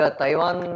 Taiwan